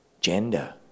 gender